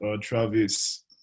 Travis